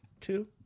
Two